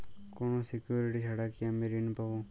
কোনো সিকুরিটি ছাড়া কি আমি ঋণ পাবো?